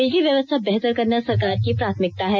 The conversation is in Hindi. बिजली व्यवस्था बेहतर करना सरकार की प्राथमिकता है